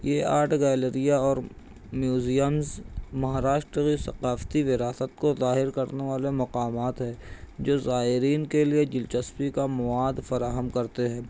یہ آرٹ گیلریاں اور میوزیمس مہاراشٹر ثقافتی وراثت کو ظاہر کرنے والا مقامات ہے جو زائرین کے لیے دلچسپی کا مواد فراہم کرتے ہیں